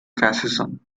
fascism